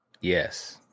yes